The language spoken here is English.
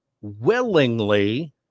willingly